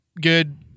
Good